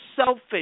Selfish